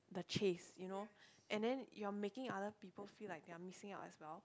the chase you know and then you are making other people feel like they are missing out as well